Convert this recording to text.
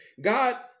God